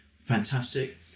fantastic